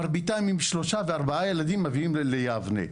מרביתם עם שלושה וארבעה ילדים, מגיעים ליבנה.